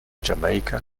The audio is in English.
jamaica